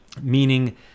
meaning